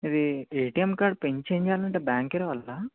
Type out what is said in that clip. ఇది ATM card PIN change చేయాలి అంటే బ్యాంక్కి రావాలా